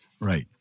right